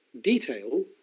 detail